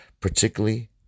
particularly